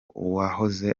uwahoze